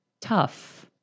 tough